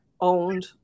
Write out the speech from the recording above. owned